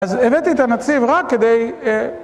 אז הבאתי את הנציב רק כדי...